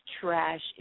trash